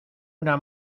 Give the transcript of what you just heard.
una